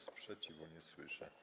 Sprzeciwu nie słyszę.